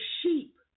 sheep